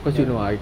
ya